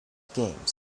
games